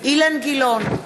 אילן גילאון,